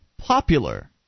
popular